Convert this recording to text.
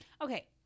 Okay